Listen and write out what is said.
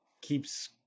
keeps